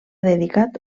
dedicat